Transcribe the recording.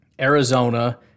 Arizona